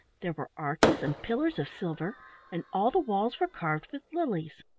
there were arches and pillars of silver and all the walls were carved with lilies.